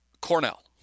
Cornell